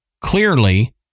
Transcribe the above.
clearly